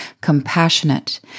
compassionate